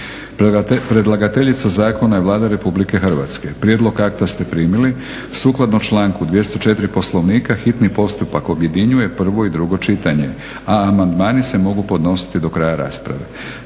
Predlagateljica zakona je Vlada RH. Prijedlog akta ste primili. Sukladno članku 204. Poslovnika hitni postupak objedinjuje prvo i drugo čitanje, a amandmani se mogu podnositi do kraja rasprave.